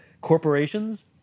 corporations